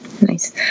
nice